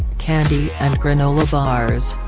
candy and granola bars,